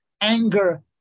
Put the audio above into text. Anger